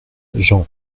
jean